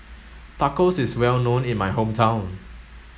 Tacos is well known in my hometown